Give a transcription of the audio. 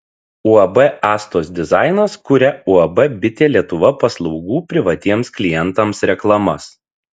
uab astos dizainas kuria uab bitė lietuva paslaugų privatiems klientams reklamas